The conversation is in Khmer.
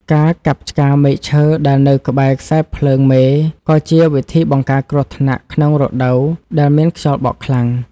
ការកាប់ឆ្ការមែកឈើដែលនៅក្បែរខ្សែភ្លើងមេក៏ជាវិធីបង្ការគ្រោះថ្នាក់ក្នុងរដូវដែលមានខ្យល់បក់ខ្លាំង។